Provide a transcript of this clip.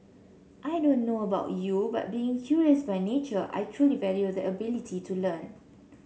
I don't know about you but being curious by nature I truly value the ability to learn